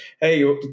Hey